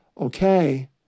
okay